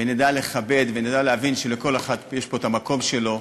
נדע לכבד ונדע להבין שלכל אחד יש פה המקום שלו,